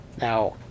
Now